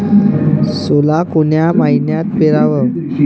सोला कोन्या मइन्यात पेराव?